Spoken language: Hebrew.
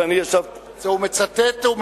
אני מצטט.